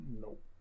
nope